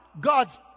God's